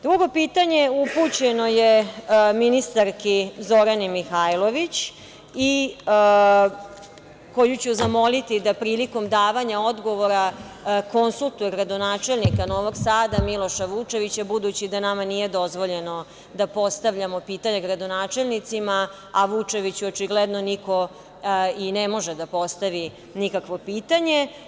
Drugo pitanje upućeno je ministarki Zorani Mihajlović, koju ću zamoliti da prilikom davanja odgovora konsultuje gradonačelnika Novog Sada, Miloša Vukčevića, budući da nama nije dozvoljeno da postavljamo pitanja gradonačelnicima, a Vukčeviću očigledno niko i ne može da postavi nikakvo pitanje.